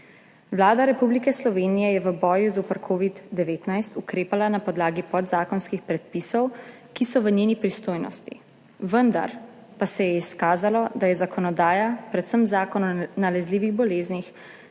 Vlada Republike Slovenije je v boju zoper covid-19 ukrepala na podlagi podzakonskih predpisov, ki so v njeni pristojnosti, vendar pa se je izkazalo, da je zakonodaja, predvsem Zakon o nalezljivih boleznih,